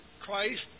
Christ